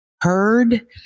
heard